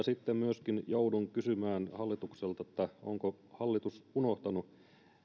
sitten myöskin joudun kysymään hallitukselta että onko hallitus unohtanut